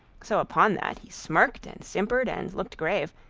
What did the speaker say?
so upon that, he smirked, and simpered, and looked grave,